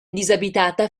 disabitata